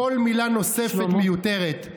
כל מילה נוספת מיותרת.